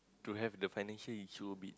to have the financial issue a bit